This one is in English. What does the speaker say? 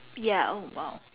ya oh !wow!